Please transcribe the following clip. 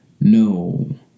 no